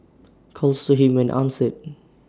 calls to him went answered